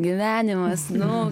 gyvenimas nu